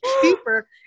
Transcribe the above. cheaper